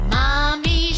Mommy